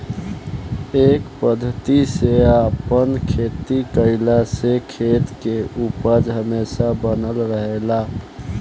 ए पद्धति से आपन खेती कईला से खेत के उपज हमेशा बनल रहेला